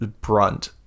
brunt